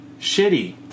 shitty